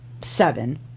Seven